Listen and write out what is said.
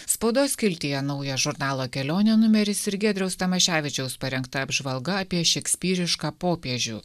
spaudos skiltyje naujas žurnalo kelionė numeris ir giedriaus tamoševičiaus parengta apžvalga apie šekspyrišką popiežių